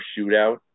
shootout